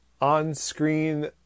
on-screen